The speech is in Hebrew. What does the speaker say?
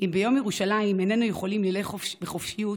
אם ביום ירושלים איננו יכולים לילך בחופשיות,